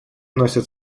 носят